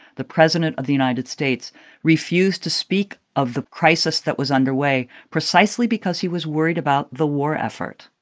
the president of the united states refused to speak of the crisis that was underway precisely because he was worried about the war effort.